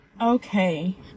Okay